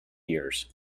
years